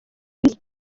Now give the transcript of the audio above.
visi